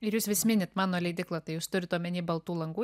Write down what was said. ir jūs vis minit mano leidykla tai jūs turit omeny baltų lankų